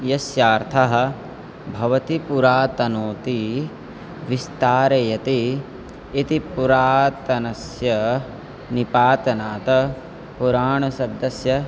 यस्यार्थः भवति पुरातनोति विस्तारयति इति पुरातनस्य निपातनात् पुराणशब्दस्य